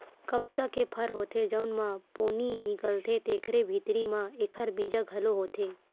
कपसा के फर होथे जउन म पोनी निकलथे तेखरे भीतरी म एखर बीजा घलो होथे